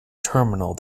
terminal